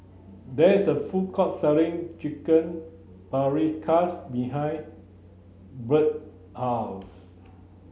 there is a food court selling Chicken Paprikas behind Brett house